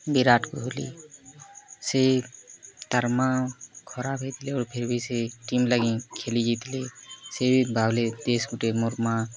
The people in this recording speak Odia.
ବିରାଟ୍ କୋହଲି ସେ ତାର୍ ମା' ଖରାପ୍ ହେଇଥିଲେ ଆଉ ଫିର୍ ବି ସେ ଟିମ୍ ଲାଗି ଖେଲି ଯାଇଥିଲେ ସେ ଭାବ୍ଲେ ଦେଶ୍ ଗୁଟେ ମୋର୍ ମା'